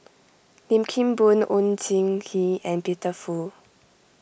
Lim Kim Boon Oon Jin Gee and Peter Fu